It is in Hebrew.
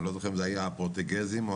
אני לא זוכר אם אלו היו הפורטוגזים או